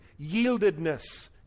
yieldedness